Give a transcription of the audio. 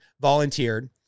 volunteered